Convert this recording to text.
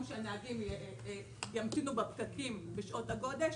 שהנהגים ימתינו בפקקים בשעות הגודש,